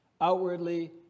Outwardly